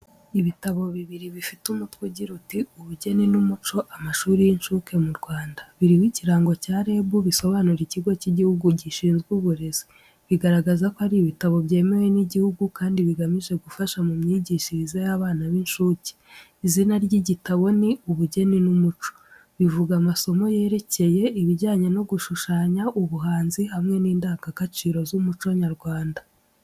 Ibitabo bibiri bifite umutwe ugira uti:"Ubugeni n’umuco amashuri y’inshuke mu Rwanda." Biriho ikirango cya REB bisobanura Ikigo cy'Igihugu gishinzwe Uburezi, bigaragaza ko ari ibitabo byemewe n’igihugu kandi bigamije gufasha mu myigishirize y’abana b’inshuke. Izina ry’igitabo ni Ubugeni n’Umuco, bivuga amasomo yerekeye ibijyanye no gushushanya, ubuhanzi, hamwe n’indangagaciro z’umuco nyarwanda.